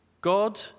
God